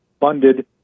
funded